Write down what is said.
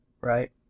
right